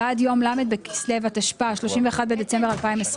ועד יום ל' בכסלו התשפ"ה (31 בדצמבר 2024)